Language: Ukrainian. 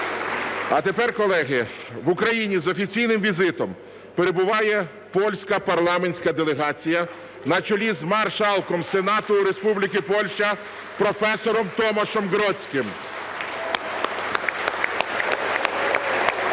А тепер, колеги… В Україні з офіційним візитом перебуває польська парламентська делегація на чолі з Маршалком Сенату Республіки Польща професором Томашем Гродзьким. (Оплески)